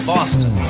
Boston